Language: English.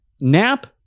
nap